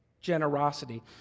generosity